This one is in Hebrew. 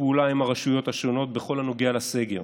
הפעולה עם הרשויות השונות בכל הנוגע לסגר.